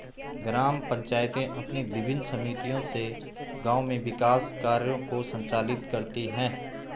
ग्राम पंचायतें अपनी विभिन्न समितियों से गाँव में विकास कार्यों को संचालित करती हैं